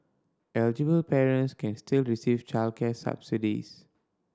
eligible parents can still receive childcare subsidies